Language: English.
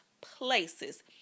places